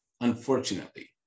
unfortunately